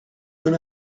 when